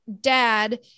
dad